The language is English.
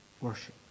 worship